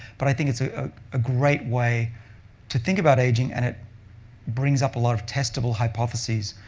but i think it's a ah a great way to think about aging, and it brings up a lot of testable hypotheses,